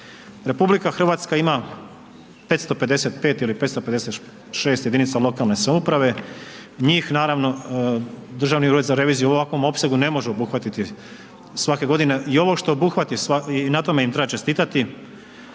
RH ima 555 ili 556 jedinica lokalne samouprave, njih naravno, Državni ured za reviziju u ovakvom opsegu ne može obuhvatiti svake godine i ovo što obuhvati i na tome im treba čestitati,